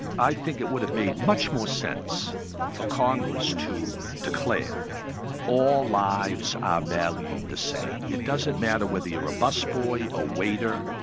i think it would have made much more sense for congress to declare all lives are valued the same. it doesn't matter whether you're a bus boy, a waiter,